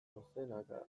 dozenaka